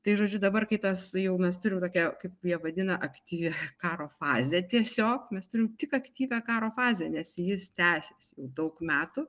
tai žodžiu dabar kai tas jau mes turim tokią kaip jie vadina aktyvią karo fazą tiesiog mes turim tik aktyvią karo fazę nes jis tęsiasi jau daug metų